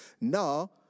Now